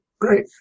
great